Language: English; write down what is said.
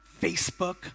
Facebook